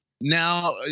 now